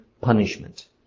punishment